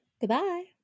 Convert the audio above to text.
Goodbye